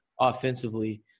offensively